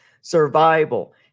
survival